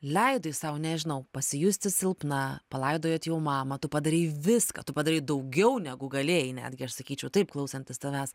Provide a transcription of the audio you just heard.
leidai sau nežinau pasijusti silpna palaidojot jau mamą tu padarei viską tu padarei daugiau negu galėjai netgi aš sakyčiau taip klausantis tavęs